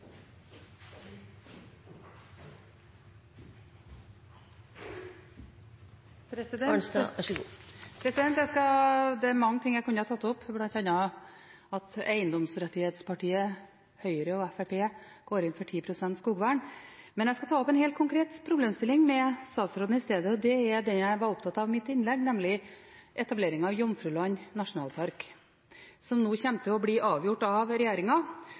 Jeg skal ta opp en helt konkret problemstilling med statsråden i stedet, og det er det jeg var opptatt av i mitt innlegg, nemlig etableringen av Jomfruland nasjonalpark, som nå kommer til å bli avgjort av